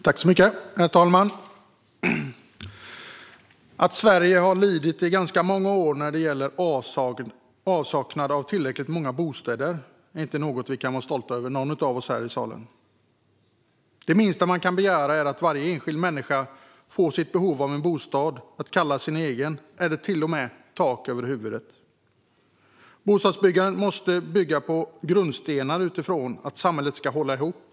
Herr talman! Att Sverige har lidit i ganska många år när det gäller avsaknad av tillräckligt många bostäder är inte något vi kan vara stolta över, inte någon av oss här i salen. Det minsta man kan begära är att varje enskild människa får tillgodosett sitt behov av en bostad att kalla sin egen eller åtminstone tak över huvudet. Bostadsbyggandet måste ha som utgångspunkt att samhället ska hålla ihop.